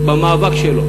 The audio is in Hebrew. במאבק שלו,